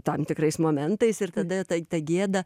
tam tikrais momentais ir tada ta ta gėda